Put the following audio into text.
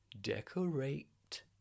Decorate